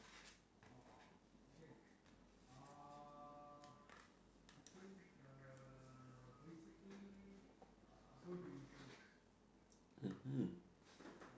mmhmm